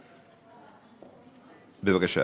בבקשה.